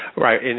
Right